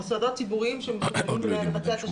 מוסדות ציבוריים --- לבצע את השירות.